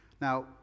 Now